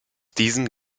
diesen